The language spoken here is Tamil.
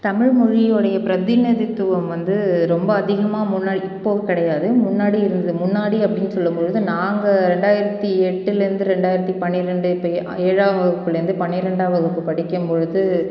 தமிழ்மொழியோடைய பிரதிநிதித்துவம் வந்து ரொம்ப அதிகமாக முன்னாடி இப்போது கிடையாது முன்னாடி இருந்தது முன்னாடி அப்படின்னு சொல்லும்பொழுது நாங்கள் ரெண்டாயிரத்து எட்டுலேருந்து ரெண்டாயிரத்து பன்னிரெண்டு இப்போயே ஏழாம் வகுப்புலேருந்து பன்னிரெண்டாம் வகுப்பு படிக்கும்பொழுது